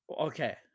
Okay